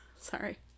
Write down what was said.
sorry